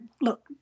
look